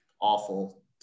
awful